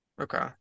Okay